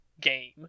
game